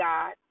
God